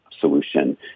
solution